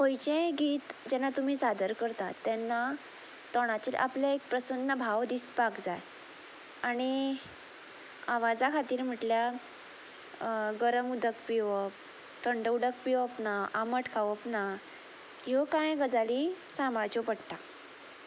खंयचेंय गीत जेन्ना तुमी सादर करतात तेन्ना तोंडाचेर आपलें एक प्रसन्न भाव दिसपाक जाय आनी आवाजा खातीर म्हटल्या गरम उदक पिवप थंड उदक पिवप ना आमट खावप ना ह्यो कांय गजाली सांबाळच्यो पडटा